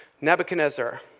Nebuchadnezzar